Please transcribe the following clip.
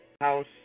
house